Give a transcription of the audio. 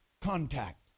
contact